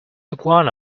iguana